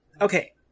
Okay